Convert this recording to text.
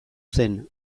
zen